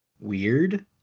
weird